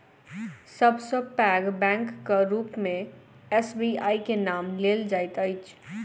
सब सॅ पैघ बैंकक रूप मे एस.बी.आई के नाम लेल जाइत अछि